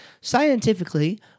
Scientifically